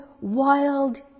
wild